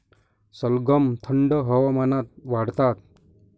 सलगम थंड हवामानात वाढतात